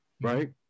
right